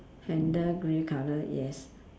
handle grey colour yes